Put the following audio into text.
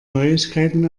neuigkeiten